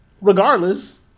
Regardless